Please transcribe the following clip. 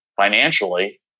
financially